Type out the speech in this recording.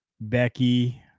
Becky